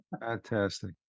fantastic